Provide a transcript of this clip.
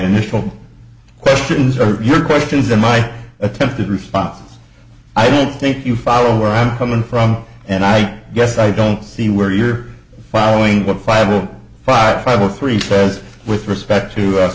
initial questions or your questions or my attempted responses i don't think you follow where i'm coming from and i guess i don't see where you're following what five zero five five or three sales with respect to u